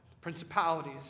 principalities